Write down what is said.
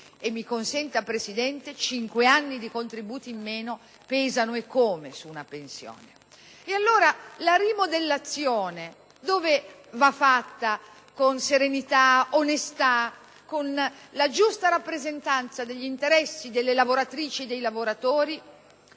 e, mi consenta, Presidente, cinque anni di contributi in meno pesano, e come, su una pensione. Allora, dicevo, dove va fatta la rimodulazione con serenità, con onestà, con la giusta rappresentanza degli interessi delle lavoratrici e dei lavoratori?